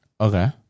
Okay